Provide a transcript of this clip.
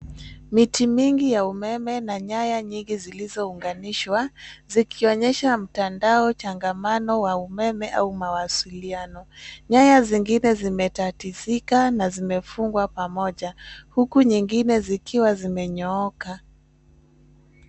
Miti mingi ya umeme na nyaya nyingi zilizounganishwa zikionyesha mtandao changamano wa umeme au mawasiliano , nyaya zingine zimetatizika na zimefungwa pamoja huku nyingine zikiwa zimenyooka.